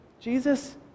jesus